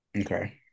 Okay